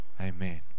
amen